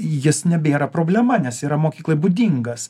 jis nebėra problema nes yra mokyklai būdingas